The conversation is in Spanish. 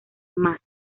más